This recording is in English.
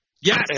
yes